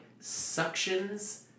suctions